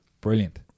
Brilliant